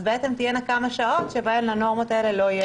בעצם תהיינה כמה שעות בהן הנורמות האלה לא יהיו.